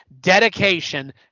dedication